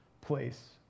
place